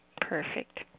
Perfect